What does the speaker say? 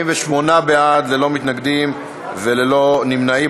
48 בעד, ללא מתנגדים וללא נמנעים.